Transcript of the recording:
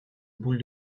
boule